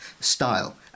style